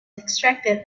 extracted